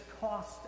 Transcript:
cost